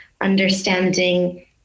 understanding